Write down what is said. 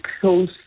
close